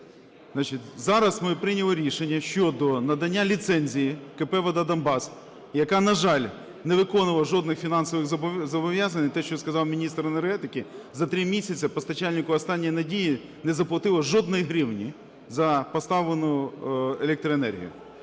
зараз ми прийняли рішення щодо надання ліцензії КП "Вода Донбасу", яке, на жаль, не виконувало жодних фінансових зобов'язань, і те, що сказав міністр енергетики, за 3 місяці постачальнику "останньої надії" не заплатило жодної гривні за поставлену електроенергію.